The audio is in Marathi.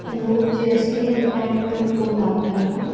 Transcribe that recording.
हॅलो जी एस टी हेल्पलाईनवर फोन लागला आहे का